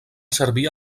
servir